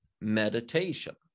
meditation